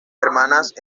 hermanas